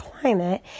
climate